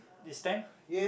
this time